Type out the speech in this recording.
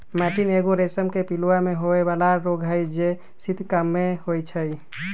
मैटीन एगो रेशम के पिलूआ में होय बला रोग हई जे शीत काममे होइ छइ